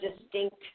distinct